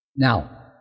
Now